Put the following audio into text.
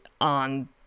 on